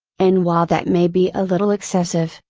and while that may be a little excessive,